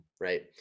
right